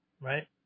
Right